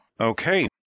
Okay